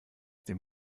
dem